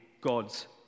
God's